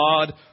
God